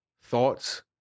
thoughts